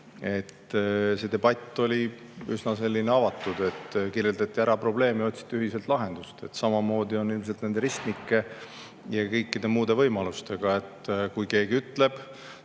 See debatt oli üsna avatud, kirjeldati ära probleemid, otsiti ühiselt lahendust. Samamoodi on ilmselt nende ristmike ja kõikide muude võimalustega. Kui keegi ütleb,